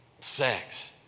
sex